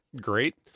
great